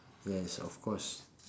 yes of course